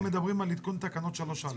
אנחנו מדברים על עדכון תקנות 3 א',